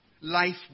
life